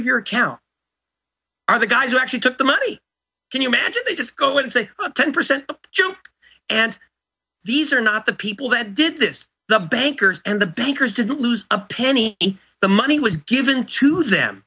of your account are the guys who actually took the money can you imagine they just go and say ten percent junk and these are not the people that did this the bankers and the bankers didn't lose a penny and the money was given to them